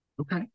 Okay